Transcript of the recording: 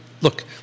look